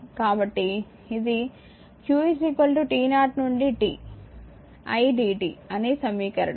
కాబట్టి ఇది q t0 నుండి t idt అనే సమీకరణం ఇది సమీకరణం 1